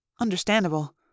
Understandable